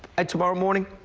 ah tomorrow morning,